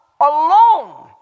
alone